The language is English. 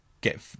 get